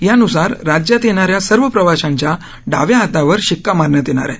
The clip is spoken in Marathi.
त्यानुसार राज्यात येणाऱ्या सर्व प्रवाशांच्या डाव्या हातावर शिक्का मारला जाणार आहे